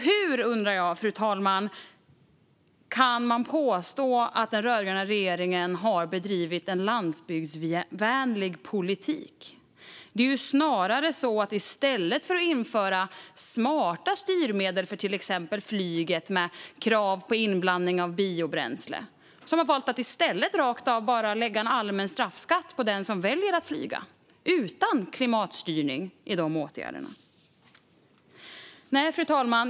Hur, undrar jag, fru talman, kan man påstå att den rödgröna regeringen har fört en landsbygdsvänlig politik? I stället för att införa smarta styrmedel för till exempel flyget med krav på inblandning av biobränsle har man valt att rakt av lägga en allmän straffskatt på den som väljer att flyga - utan klimatstyrning i åtgärderna. Fru talman!